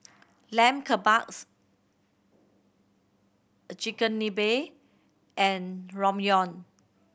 Lamb Kebabs Chigenabe and Ramyeon